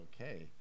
okay